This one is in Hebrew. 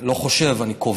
אני לא חושב, אני קובע: